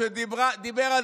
לדיבור.